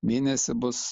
mėnesį bus